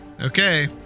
Okay